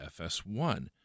FS1